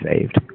saved